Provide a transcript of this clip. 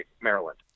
Maryland